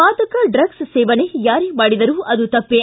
ಮಾದಕ ಡ್ರಗ್ಸ್ ಸೇವನೆ ಯಾರೇ ಮಾಡಿದರೂ ಅದು ತಪ್ಪೇ